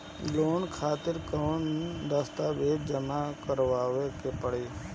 Loan खातिर कौनो दस्तावेज जमा करावे के पड़ी?